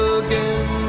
again